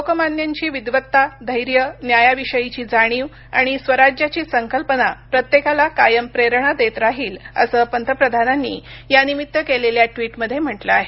लोकमान्यांची विद्वत्ता धैर्य न्यायाविषयीची जाणीव आणि स्वराज्याची संकल्पना प्रत्येकाला कायम प्रेरणा देत राहील असं पंतप्रधानांनी यानिमित्त केलेल्या ट्विटमध्ये म्हटलं आहे